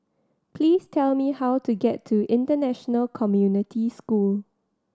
please tell me how to get to International Community School